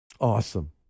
Awesome